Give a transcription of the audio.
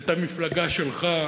את המפלגה שלך,